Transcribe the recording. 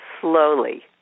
Slowly